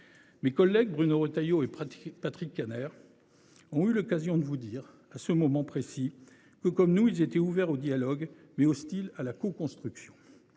mes collègues Bruno Retailleau et Patrick Kanner ont eu l’occasion de vous dire, comme nous, qu’ils étaient ouverts au dialogue, mais hostiles à la coconstruction,